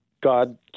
God